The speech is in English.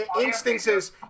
instances